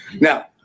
now